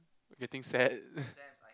you think sad